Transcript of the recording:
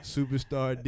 Superstar